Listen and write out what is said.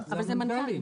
אבל זה מנכ"לים.